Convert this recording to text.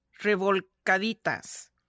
revolcaditas